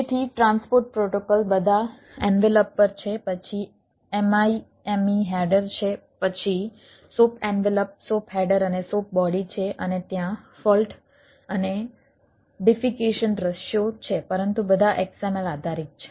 તેથી transport protocol બધા envelope દૃશ્યો છે પરંતુ બધા XML આધારિત છે